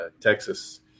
Texas